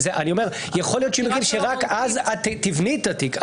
יכול להיות שהם יודעים שרק אז את תבני את התיק.